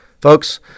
Folks